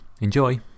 Enjoy